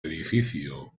edificio